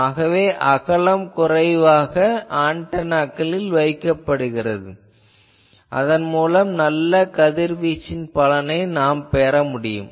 ஆகவே அகலம் குறைவாக ஆன்டெனாக்களில் வைக்கப்படுகிறது அதன் மூலம் நல்ல கதிர்வீச்சின் பலனைப் பெற முடியும்